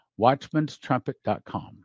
Watchmanstrumpet.com